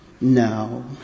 No